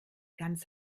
ganz